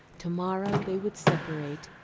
tomorrow they would separate,